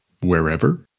Wherever